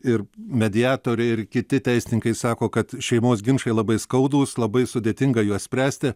ir mediatoriai ir kiti teisininkai sako kad šeimos ginčai labai skaudūs labai sudėtinga juos spręsti